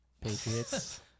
Patriots